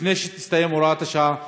לפני שתסתיים הוראת השעה,